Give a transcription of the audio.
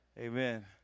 Amen